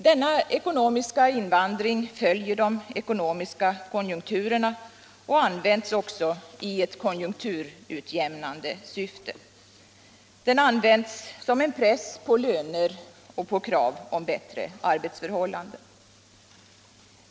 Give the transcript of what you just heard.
Denna ekonomiska invandring följer de ekonomiska konjunkturerna och används också i ett konjunkturutjämnande syfte. Den används som en press på lönerna och på krav om bättre arbetsförhållanden.